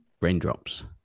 Raindrops